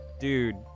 Dude